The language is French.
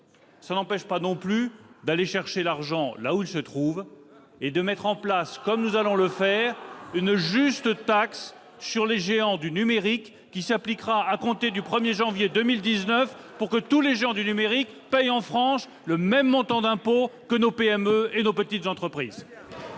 ans n'empêche pas d'aller chercher l'argent là où il se trouve en mettant en place, comme nous allons le faire, une juste taxe sur les géants du numérique, qui s'appliquera à compter du 1 janvier 2019, pour que tous les géants du numérique payent en France le même montant d'impôt que nos PME ! Très bien ! La parole